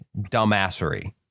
dumbassery